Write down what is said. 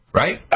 right